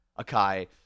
Akai